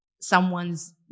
someone's